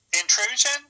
Intrusion